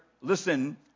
listen